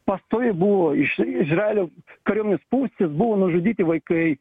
pastoviai buvo iš izraelio kariuomenės pusės buvo nužudyti vaikai